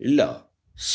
là